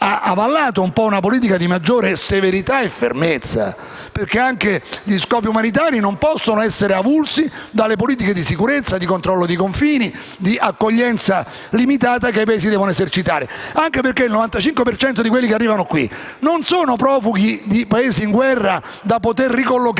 avallato una politica di maggiore severità e fermezza, perché anche gli scopi umanitari non possono essere avulsi dalle politiche di sicurezza, di controllo dei confini, di accoglienza limitata che i Paesi devono esercitare, anche perché il 95 per cento di quelli che arrivano qui non sono profughi di Paesi in guerra da poter ricollocare,